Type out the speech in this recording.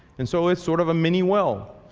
and so it's sort of a mini well.